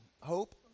hope